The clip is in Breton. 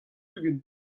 ugent